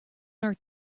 earth